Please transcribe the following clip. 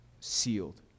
sealed